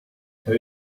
have